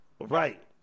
right